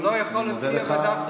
אני מודה לך.